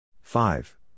five